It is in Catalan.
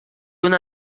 una